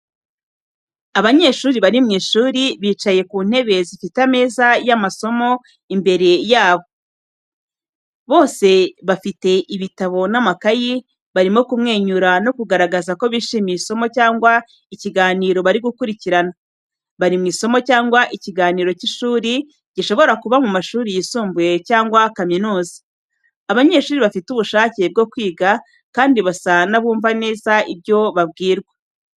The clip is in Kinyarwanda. Abanyeshuri bari mu ishuri, bicaye ku ntebe zifite ameza y’amasomo imbere yabo. Bose bafite ibitabo n’amakayi, barimo kumwenyura no kugaragaza ko bishimiye isomo cyangwa ikiganiro bari gukurikirana. Bari mu isomo cyangwa ikiganiro cy’ishuri gishobora kuba mu mashuri yisumbuye cyangwa kaminuza. Abanyeshuri bafite ubushake bwo kwiga kandi basa n’abumva neza ibyo babwirwa.